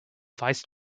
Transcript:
vice